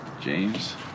james